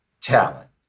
talent